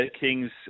Kings